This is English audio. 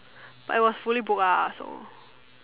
but it was fully booked ah so